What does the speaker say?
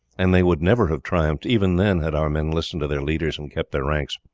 and they would never have triumphed even then had our men listened to their leaders and kept their ranks.